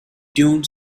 dune